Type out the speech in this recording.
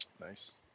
Nice